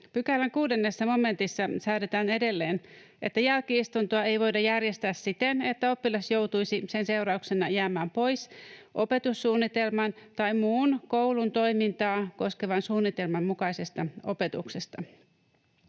Pykälän 6 momentissa säädetään edelleen, että jälki-istuntoa ei voida järjestää siten, että oppilas joutuisi sen seurauksena jäämään pois opetussuunnitelman tai muun koulun toimintaa koskevan suunnitelman mukaisesta opetuksesta.